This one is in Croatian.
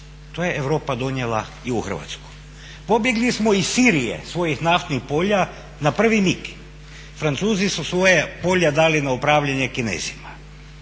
To je Europa donijela i u Hrvatsku. Pobjegli smo iz Sirije, svojih naftnih polja na prvi mig. Francuzi su svoja polja dali na upravljanje Kinezima,